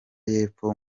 y’epfo